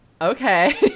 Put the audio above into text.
Okay